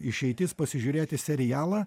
išeitis pasižiūrėti serialą